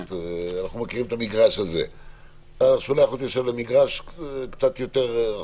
אתה שולח אותי למגרש יותר רחוק.